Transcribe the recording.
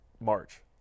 March